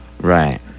Right